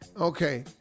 okay